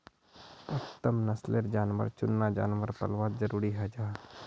उत्तम नस्लेर जानवर चुनना जानवर पल्वात ज़रूरी हं जाहा